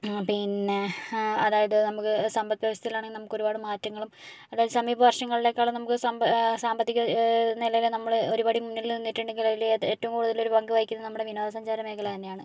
ആ പിന്നെ അതായത് നമുക്ക് സമ്പത്ത് വ്യവസ്ഥയിലാണെങ്കിൽ നമുക്ക് ഒരുപാട് മാറ്റങ്ങളും അതായത് സമീപ വർഷങ്ങളിലെക്കാളും നമുക്ക് സമ്പ സാമ്പത്തിക നിലവിൽ നമ്മൾ ഒരുപടി മുന്നിൽ നിന്നിട്ടുണ്ടെങ്കിൽ അതിൽ ഏറ്റവും കൂടുതൽ ഒരു പങ്കുവഹിക്കുന്നത് നമ്മുടെ വിനോദസഞ്ചാര മേഖല തന്നെയാണ്